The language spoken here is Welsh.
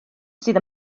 sydd